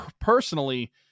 personally